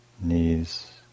knees